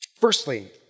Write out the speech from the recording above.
Firstly